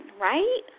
right